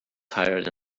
tired